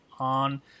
On